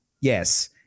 Yes